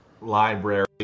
library